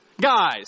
Guys